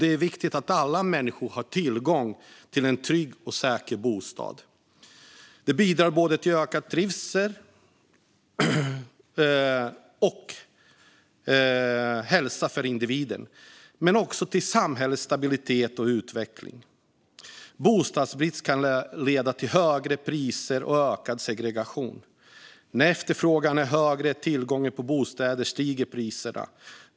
Det är viktigt att alla människor har tillgång till en trygg och säker bostad. Det bidrar till ökad trivsel och bättre hälsa för individen men också till samhällets stabilitet och utveckling. Bostadsbrist kan leda till högre priser och ökad segregation. När efterfrågan på bostäder är större än tillgången stiger priserna.